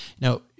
Now